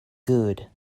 good